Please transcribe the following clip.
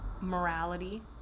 morality